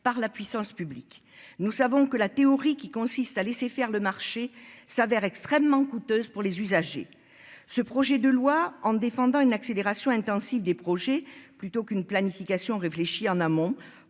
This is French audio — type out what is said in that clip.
par la puissance publique, nous savons que la théorie qui consiste à laisser faire le marché s'avère extrêmement coûteuse pour les usagers, ce projet de loi en défendant une accélération intensive des projets plutôt qu'une planification réfléchi en amont